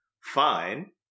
fine